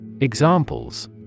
Examples